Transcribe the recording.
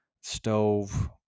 stove